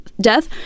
Death